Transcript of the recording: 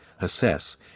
assess